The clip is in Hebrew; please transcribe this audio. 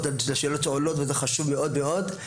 לשאלות שעולות וזה חשוב מאוד מאוד.